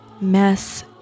Mess